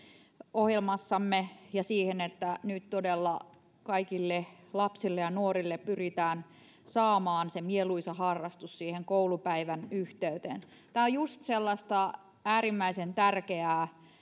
ohjelmassamme ja siihen että nyt todella kaikille lapsille ja nuorille pyritään saamaan mieluisa harrastus koulupäivän yhteyteen tämä on juuri sellaista äärimmäisen tärkeää